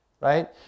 right